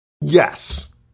Yes